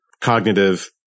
cognitive